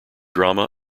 drama